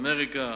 אמריקה,